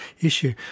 issue